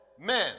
men